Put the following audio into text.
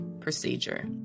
procedure